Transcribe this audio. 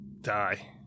die